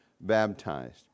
baptized